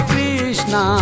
Krishna